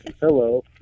Hello